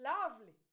Lovely